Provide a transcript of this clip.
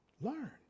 learn